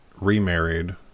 remarried